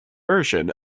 version